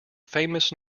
famous